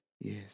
yes